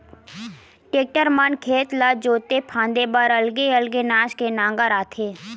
tractor म खेत ला जोते फांदे बर अलगे अलगे नास के नांगर आथे